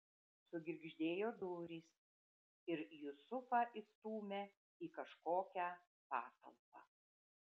sugirgždėjo durys ir jusufą įstūmė į kažkokią patalpą